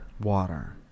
Water